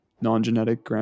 non-genetic